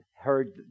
heard